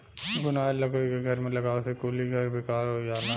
घुनाएल लकड़ी के घर में लगावे से कुली घर बेकार हो जाला